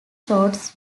chords